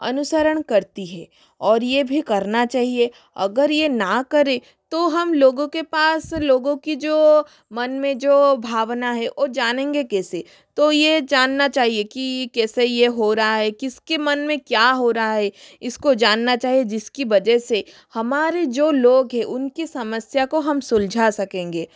अनुसरण करती है और ये भी करना चाहिए अगर ये ना करे तो हम लोगों के पास लोगों की जो मन मे जो भावना है ओ जानेंगे कैसे तो ये जानना चाहिए कि कैसे ये हो रहा है किसके मन में क्या हो रहा है इसको जानना चाहिए जिसकी वजह से हमारे जो लोग है उनकी समस्या को हम सुलझा सकेंगे